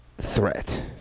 threat